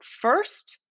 first